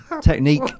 technique